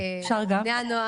אפשר גם?